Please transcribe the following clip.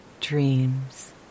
dreams